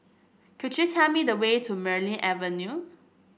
could you tell me the way to Merryn Avenue